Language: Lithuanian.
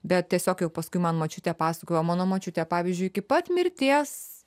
bet tiesiog jau paskui man močiutė pasakojo o mano močiutė pavyzdžiui iki pat mirties